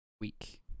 week